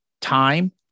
Time